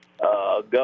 go